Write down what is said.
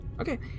Okay